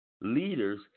leaders